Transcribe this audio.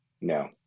No